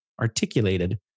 articulated